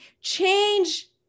change